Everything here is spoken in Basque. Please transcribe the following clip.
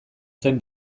zen